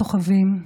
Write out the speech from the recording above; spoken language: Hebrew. סוחבים,